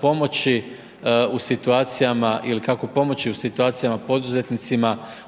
pomoći u situacijama, ili kako pomoći u situacijama poduzetnicima,